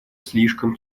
слишком